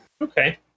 Okay